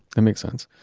ah makes sense.